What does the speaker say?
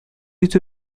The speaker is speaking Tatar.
итү